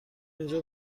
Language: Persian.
اینجا